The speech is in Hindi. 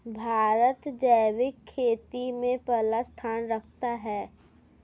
भारत जैविक खेती में पहला स्थान रखता है